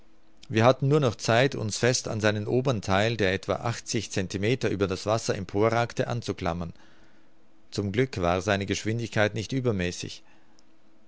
wir hatten nur noch zeit uns fest an seinen obern theil der etwa achtzig centimeter über das wasser emporragte anzuklammern zum glück war seine geschwindigkeit nicht übermäßig